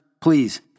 please